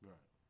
Right